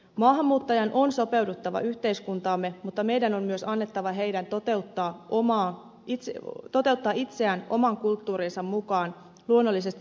maahanmuuttajan on sopeuduttava yhteiskuntaamme mutta meidän on myös annettava heidän toteuttaa itseään oman kulttuurinsa mukaan luonnollisesti laillisuuden rajoissa